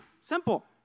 Simple